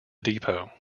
depot